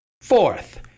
Fourth